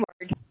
word